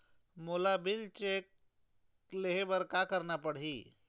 मोला bill check ले हे बर का करना पड़ही ही?